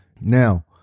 Now